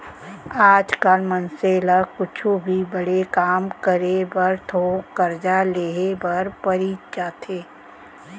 आज काल मनसे ल कुछु भी बड़े काम करे बर थोक करजा लेहे बर परीच जाथे